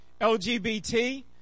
LGBT